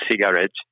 cigarettes